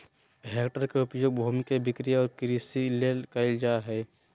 hectare के उपयोग भूमि के बिक्री और कृषि ले कइल जाय हइ